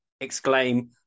exclaim